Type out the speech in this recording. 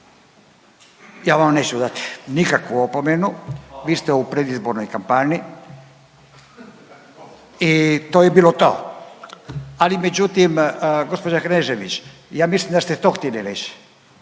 Ja vam neću dati nikakvu opomenu, vi ste u predizbornoj kampanji i to je bilo to. Ali međutim gospođa Knežević, ja mislim da ste to htjeli reć.